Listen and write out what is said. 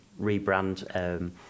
rebrand